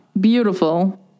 Beautiful